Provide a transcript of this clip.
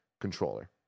controller